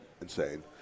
insane